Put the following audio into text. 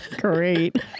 Great